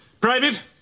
Private